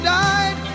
died